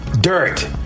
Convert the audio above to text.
dirt